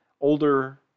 older